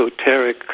esoteric